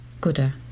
Gooder